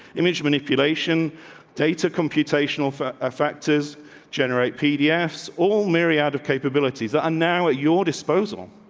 image manipulation data. computer station off factors generate p d efs. all mary out of capabilities are now at your disposal.